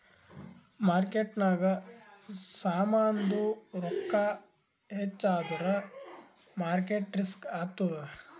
ಮಾರ್ಕೆಟ್ನಾಗ್ ಸಾಮಾಂದು ರೊಕ್ಕಾ ಹೆಚ್ಚ ಆದುರ್ ಮಾರ್ಕೇಟ್ ರಿಸ್ಕ್ ಆತ್ತುದ್